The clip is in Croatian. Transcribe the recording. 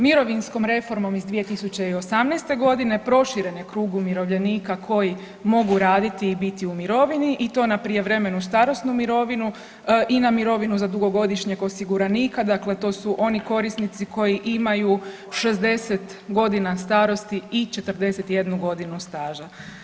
Mirovinskom reformom iz 2018. g. proširen je krug umirovljenika koji mogu raditi i biti u mirovini i to na prijevremenu starosnu mirovinu i na mirovinu za dugogodišnjeg osiguranika, dakle to su oni korisnici koji imaju 60 godina starosti i 41 godinu staža.